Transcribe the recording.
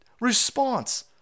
response